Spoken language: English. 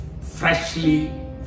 freshly